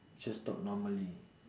just talk normally